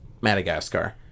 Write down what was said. Madagascar